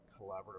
collaborative